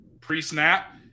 pre-snap